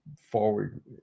forward